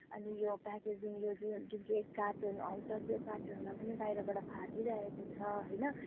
अनि यो प्याकेजिङ यो जुन चाहिँ कार्टुन आउँछ त्यो कार्टुनमा पनि बाहिरबाट फाटिरहेको छ होइन